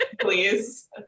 please